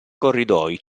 corridoi